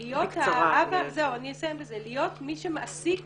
להיות מי שמעסיק